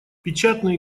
печатные